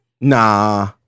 Nah